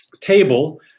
table